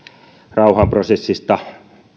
rauhanprosessista